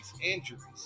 injuries